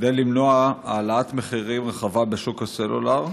כדי למנוע העלאת מחירים רחבה בשוק הסלולר?